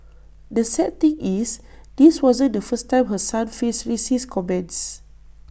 the sad thing is this wasn't the first time her son faced racist comments